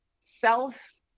self